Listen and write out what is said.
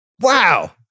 Wow